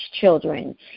children